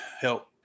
help